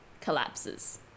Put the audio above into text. collapses